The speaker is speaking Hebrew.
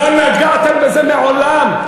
לא נגעתם בזה מעולם.